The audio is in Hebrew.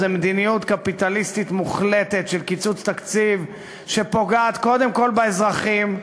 זה מדיניות קפיטליסטית מוחלטת של קיצוץ תקציב שפוגעת קודם כול באזרחים,